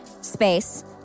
space